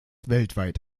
weltweit